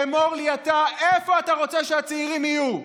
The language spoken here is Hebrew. אמור לי אתה איפה אתה רוצה שהצעירים יהיו.